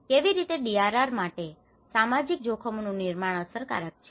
કેવી રીતે ડીઆરઆર માટે સામાજીક જોખમોનું નિર્માણ અસરકારક છે